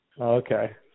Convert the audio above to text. Okay